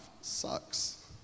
sucks